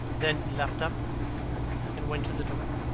then he leaped up and went to the door.